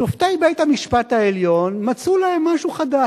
שופטי בית-המשפט העליון מצאו להם משהו חדש.